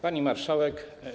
Pani Marszałek!